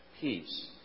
Peace